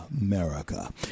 America